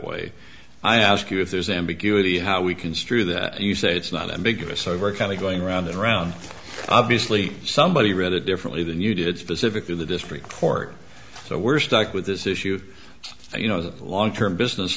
way i ask you if there's ambiguity how we construe that you say it's not ambiguous or very kind of going round and round obviously somebody read it differently than you did specifically the district court so we're stuck with this issue you know as a long term business